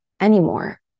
anymore